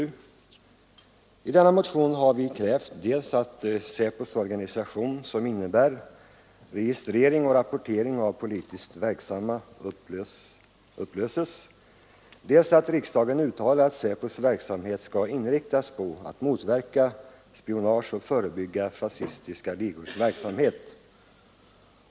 Vi har i den motionen krävt dels att SÄPO:s organisation — som innebär registrering och rapportering av politisk verksamhet — upplöses, dels att riksdagen uttalar att SÄPO:s verksamhet skall inriktas på att motverka spionage och förebygga fascistiska ligors verksamhet.